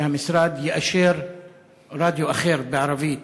שהמשרד יאשר רדיו אחר בערבית,